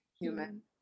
Human